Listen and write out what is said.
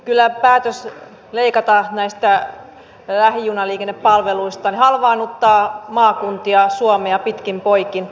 kyllä päätös leikata näistä lähijunaliikennepalveluista halvaannuttaa maakuntia suomea pitkin poikin